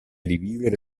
rivivere